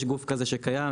יש גוף כזה שקיים,